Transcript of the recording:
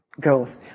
growth